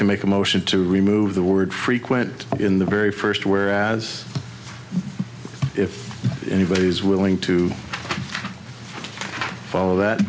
to make a motion to remove the word frequent in the very first whereas if anybody is willing to follow that